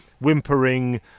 whimpering